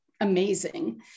amazing